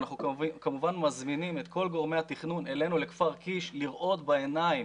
ואנחנו כמובן מזמינים את כל גורמי התכנון אלינו לכפר קיש לראות בעיניים.